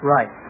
Right